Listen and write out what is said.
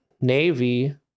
Navy